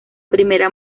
primera